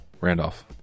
Randolph